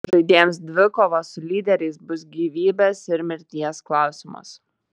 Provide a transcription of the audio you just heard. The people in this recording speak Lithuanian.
žaidėjams dvikova su lyderiais bus gyvybės ir mirties klausimas